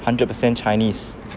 hundred percent chinese